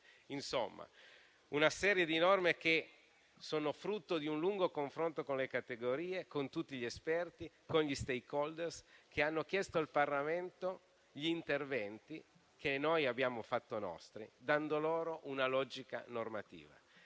di una serie di norme che sono frutto di un lungo confronto con le categorie, con tutti gli esperti e con gli *stakeholder* che hanno chiesto al Parlamento gli interventi che noi abbiamo fatto nostri, dando loro una logica normativa.